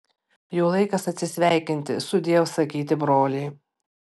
jau laikas atsisveikinti sudiev sakyti broliai